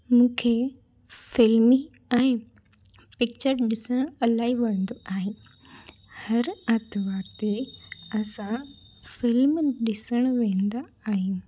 मूंखे फ़िल्मी ऐं पिक्चर ॾिसण इलाही वणंदो आहे हर आरितवार ते असां फ़िल्म ॾिसण वेंदा आहियूं